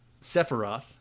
Sephiroth